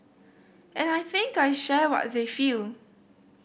and I think I share what they feel